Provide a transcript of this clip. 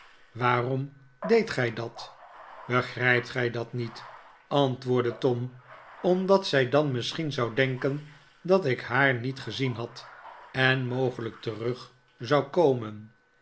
waarom deedt gij dat begrijpt gij dat niet antwoordde tom omdat zij dan misschien zou denken dat ik haar niet gezien had en mogelijk terug zou komen